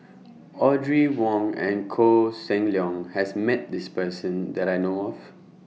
Audrey Wong and Koh Seng Leong has Met This Person that I know of